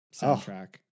soundtrack